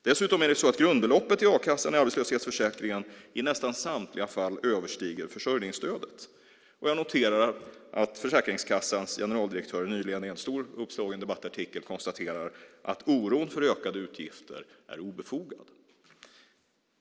Dessutom är det så att grundbeloppet i a-kassan och arbetslöshetsförsäkringen i nästan samtliga fall överstiger försörjningsstödet. Jag noterar att Försäkringskassans generaldirektör nyligen i en stort uppslagen debattartikel konstaterar att oron för ökade utgifter är obefogad.